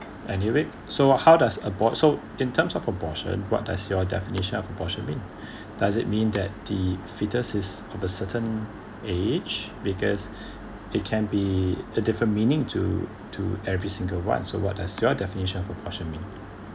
any read so how does abort~ so in terms of abortion what does your definition of abortion mean does it mean that the fetus is of a certain age because it can be a different meaning to to every single one so what does your definition for abortion mean